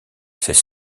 c’est